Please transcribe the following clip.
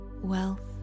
Wealth